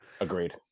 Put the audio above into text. Agreed